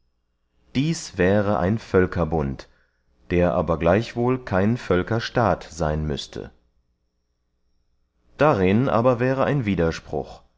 dies wäre ein völkerbund der aber gleichwohl kein völkerstaat seyn müßte darinn aber wäre ein widerspruch